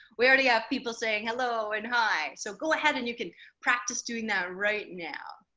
we already have people saying hello and hi, so go ahead and you can practice doing that right now.